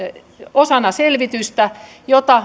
osana selvitystä jota